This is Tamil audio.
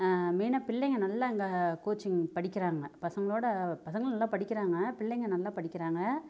மெயினா பிள்ளைங்க நல்லா இங்கே கோச்சிங் படிக்கிறாங்க பசங்களோட பசங்களும் நல்லா படிக்கிறாங்க பிள்ளைங்க நல்லா படிக்கிறாங்க